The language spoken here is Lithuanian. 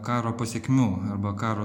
karo pasekmių arba karo